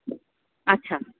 अच्छा